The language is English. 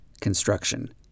construction